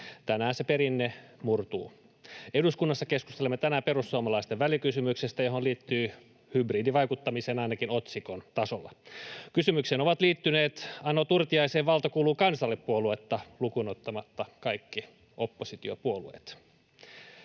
Tänään se perinne murtuu. Eduskunnassa keskustelemme tänään perussuomalaisten välikysymyksestä, johon liittyy hybridivaikuttaminen ainakin otsikon tasolla. Kysymykseen ovat liittyneet Ano Turtiaisen Valta kuuluu kansalle ‑puoluetta lukuun ottamatta kaikki oppositiopuolueet.